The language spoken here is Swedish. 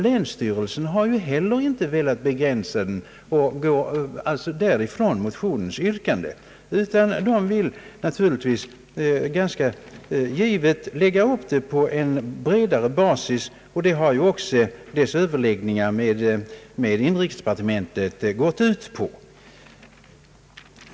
Länsstyrelsen har inte velat göra en sådan begränsning utan vill lägga upp undersökningen på bredare basis, vilket också dess överläggning med inrikesdepartementet gått ut på.